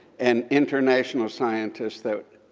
and international scientists that,